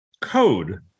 code